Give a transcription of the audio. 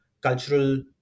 cultural